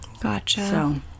Gotcha